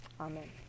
Amen